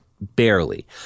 Barely